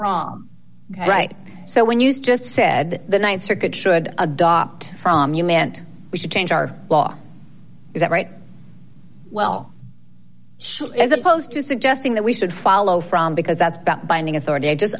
the right so when used just said that the th circuit should adopt from you meant we should change our law is that right well so as opposed to suggesting that we should follow from because that's about binding authority i